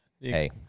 Hey